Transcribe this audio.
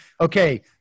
Okay